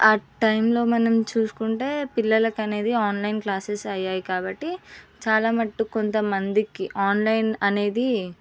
ఆ టైంలో మనం చూసుకుంటే పిల్లలకనేది ఆన్లైన్ క్లాసెస్ అయ్యాయి కాబట్టి చాలా వరకు కొంతమందికి ఆన్లైన్ అనేది